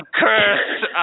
cursed